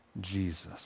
Jesus